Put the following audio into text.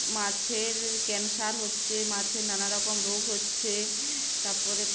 মাছের ক্যান্সার হচ্ছে মাছের নানা রকম রোগ হচ্ছে তারপরে